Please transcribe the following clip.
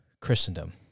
Christendom